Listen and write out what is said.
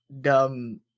dumb